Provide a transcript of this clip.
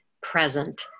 present